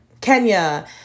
Kenya